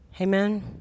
amen